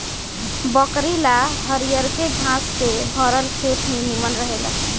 बकरी ला हरियरके घास से भरल खेत ही निमन रहेला